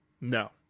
No